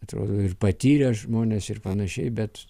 atrodo ir patyrę žmonės ir panašiai bet